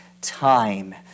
time